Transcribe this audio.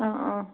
ആ ആ